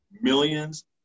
millions